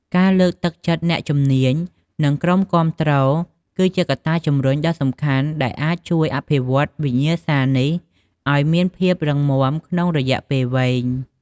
ការលើកទឹកចិត្តអ្នកជំនាញ និងក្រុមគាំទ្រគឺជាកត្តាជំរុញដ៏សំខាន់ដែលអាចជួយអភិវឌ្ឍវិញ្ញាសានេះឱ្យមានភាពរឹងមាំក្នុងរយៈពេលវែង។